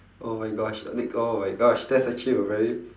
oh my gosh uh I think oh my gosh that's actually a very